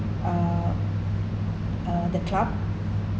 uh uh the club